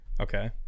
okay